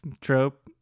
trope